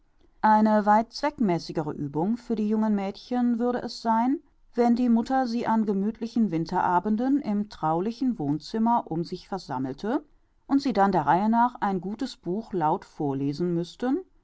eine weit zweckmäßigere uebung für die jungen mädchen würde es sein wenn die mutter sie an gemüthlichen winterabenden im traulichen wohnzimmer um sich versammelte und sie dann der reihe nach ein gutes buch laut vorlesen müßten